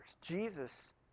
Jesus